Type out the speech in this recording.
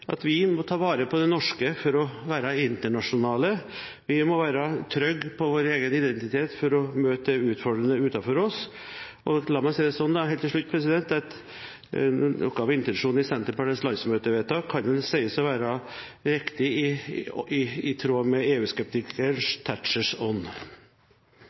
at vi må ta vare på det norske for å være internasjonale. Vi må være trygge på vår egen identitet for å møte utfordringene utenfor landets grenser. La meg si det slik: Noe av intensjonen i Senterpartiets landsmøtevedtak kan sies å være riktig i tråd med